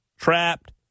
trapped